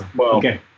Okay